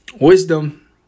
wisdom